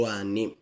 anni